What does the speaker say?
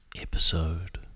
episode